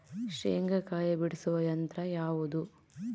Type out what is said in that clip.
ಶೇಂಗಾಕಾಯಿ ಬಿಡಿಸುವ ಯಂತ್ರ ಯಾವುದು?